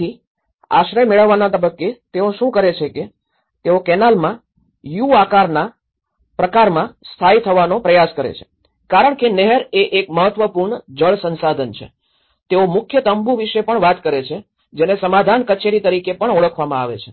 તેથી આશ્રય મેળવવાના તબક્કે તેઓ શું કરે છે કે તેઓ કેનાલમાં યુ આકારના પ્રકારમાં સ્થાયી થવાનો પ્રયાસ કરે છે કારણ કે નહેર એ એક મહત્વપૂર્ણ જળ સંસાધન છે તેઓ મુખ્ય તંબુ વિશે પણ વાત કરે છે જેને સમાધાન કચેરી તરીકે પણ ઓળખવામાં આવે છે